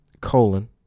colon